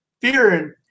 fearing